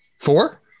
four